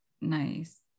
nice